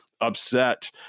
upset